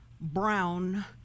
brown